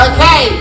Okay